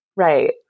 right